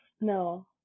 no